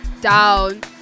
down